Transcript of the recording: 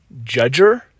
judger